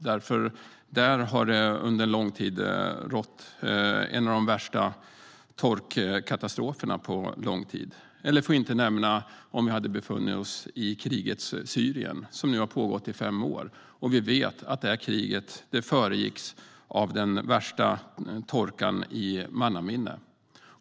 Där har nämligen under lång tid en av de värsta torkkatastroferna på länge rått. Och inte minst kan vi försöka tänka oss hur det hade varit att befinna sig i krigets Syrien. Kriget har nu pågått i fem år, och vi vet att det föregicks av den värsta torkan i mannaminne.